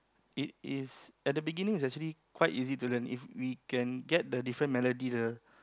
it is at the beginning is actually quite easy to learn if we can get the different melody lah